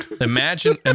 Imagine